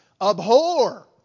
Abhor